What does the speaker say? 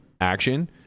Action